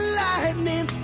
lightning